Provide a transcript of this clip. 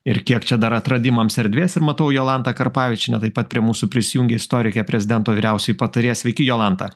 ir kiek čia dar atradimams erdvės ir matau jolanta karpavičienė taip pat prie mūsų prisijungė istorikė prezidento vyriausioji patarėja sveiki jolanta